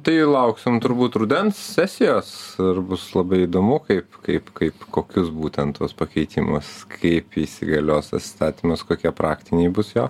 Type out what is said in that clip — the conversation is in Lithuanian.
tai lauksim turbūt rudens sesijos ir bus labai įdomu kaip kaip kaip kokius būtent tuos pakeitimus kaip įsigalios įstatymas kokie praktiniai bus jo